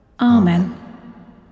Amen